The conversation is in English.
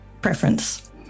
preference